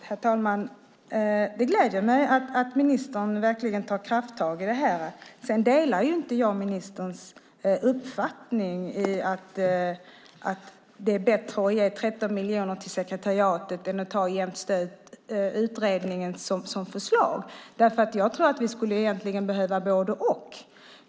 Herr talman! Det gläder mig att ministern verkligen tar krafttag med detta. Sedan delar jag inte ministerns uppfattning att det är bättre att ge 13 miljoner till sekretariatet än att anta Jämstödutredningens förslag. Jag tror att vi egentligen skulle behöva både och.